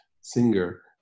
singer